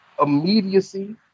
immediacy